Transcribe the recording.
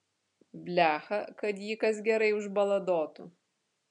blecha kad jį kas gerai užbaladotų